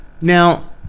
Now